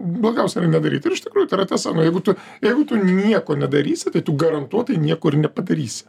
blogiausia yra nedaryti ir iš tikrųjų tai yra tiesa nu jeigu tu jeigu tu nieko nedarysi tai tu garantuotai nieko ir nepadarysi